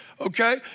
Okay